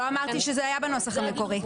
לא אמרתי שזה היה בנוסח המקורי.